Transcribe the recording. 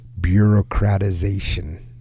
bureaucratization